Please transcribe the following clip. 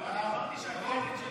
אמרתי שהקרדיט שלכם.